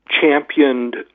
championed